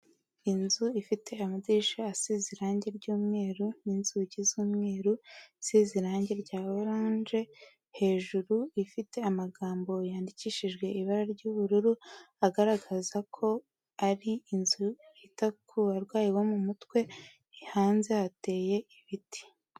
Inzu ifite amadirisha asize irangi ry'umweru n'inzugi z'umweru, isize irangi rya oranje, hejuru ifite amagambo yandikishijwe ibara ry'ubururu, agaragaza ko ari inzu yita ku barwayi bo mu mutwe, hanze hateye ibiti.